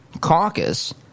caucus